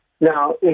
Now